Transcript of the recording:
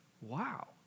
Wow